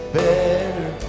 better